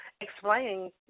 explaining